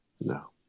No